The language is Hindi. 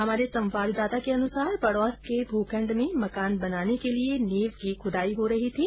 हमारे संवाददाता के अनुसार पडौस के भूखण्ड में मकान बनाने के लिए नींव की खुदाई हो रही थी